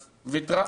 אז ויתרה.